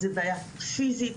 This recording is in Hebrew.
זה בעיה פיסית,